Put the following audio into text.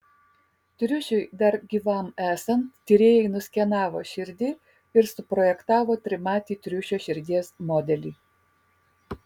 triušiui dar gyvam esant tyrėjai nuskenavo širdį ir suprojektavo trimatį triušio širdies modelį